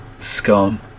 scum